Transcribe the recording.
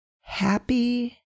happy